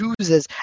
chooses